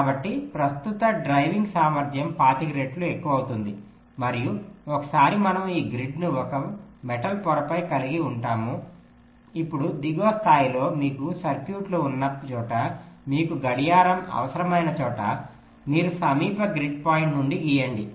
కాబట్టి ప్రస్తుత డ్రైవింగ్ సామర్ధ్యం 25 రెట్లు ఎక్కువ అవుతుంది మరియు ఒకసారి మనము ఈ గ్రిడ్ను ఒక మెటల్ పొరపై కలిగి ఉంటామో ఇప్పుడు దిగువ స్థాయిలో మీకు సర్క్యూట్లు ఉన్న చోట మీకు గడియారం అవసరమైన చోట మీరు సమీప గ్రిడ్ పాయింట్ నుండి గీయండి